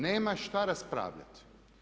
Nema šta raspravljati.